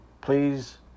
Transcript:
Please